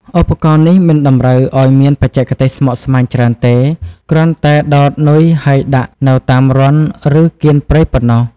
ឧបករណ៍នេះមិនតម្រូវឲ្យមានបច្ចេកទេសស្មុគស្មាញច្រើនទេ គ្រាន់តែដោតនុយហើយដាក់នៅតាមរន្ធឬកៀនព្រៃប៉ុណ្ណោះ។